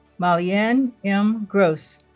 moliann m. gross